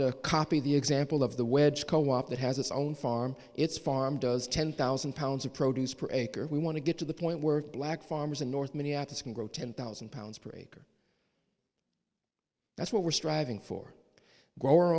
to copy the example of the wedge co op that has its own farm its farm does ten thousand pounds of produce per acre we want to get to the point were black farmers in north minneapolis can grow ten thousand pounds per acre that's what we're striving for g